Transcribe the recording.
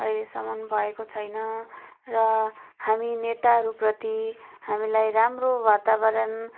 अहिलेसम्म भएको छैन र हामी नेताहरूप्रति हामीलाई राम्रो वातावरण